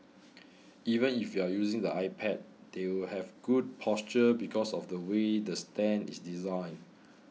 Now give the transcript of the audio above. even if you're using the iPad they will have good posture because of the way the stand is designed